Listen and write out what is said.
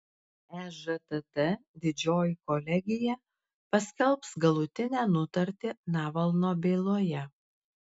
ežtt didžioji kolegija paskelbs galutinę nutartį navalno byloje